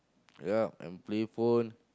ya and playful